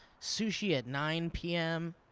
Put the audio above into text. sushi at nine pm.